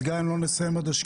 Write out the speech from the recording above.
אז גם אם לא נסיים בשקיעה.